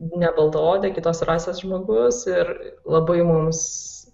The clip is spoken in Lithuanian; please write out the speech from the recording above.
ne baltaodė kitos rasės žmogus ir labai mums